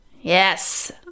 Yes